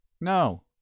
No